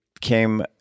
came